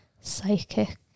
psychic